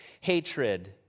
Hatred